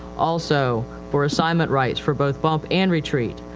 also, for assignment rights for both bump and retreat,